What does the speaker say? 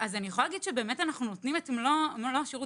אנחנו נותנים את מלוא השירות.